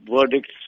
verdicts